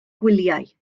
gwyliau